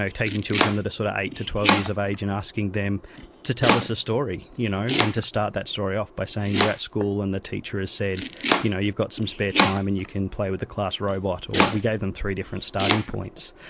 like taking children that are sort of eight to twelve years of age and asking them to tell us a story you know and to start that story off by saying, you're at school and the teacher has said you know you've got some spare time and you can play with the class robot. we gave them three different starting points.